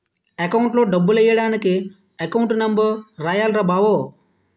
అకౌంట్లో డబ్బులెయ్యడానికి account number రాయాల్రా బావో